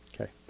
Okay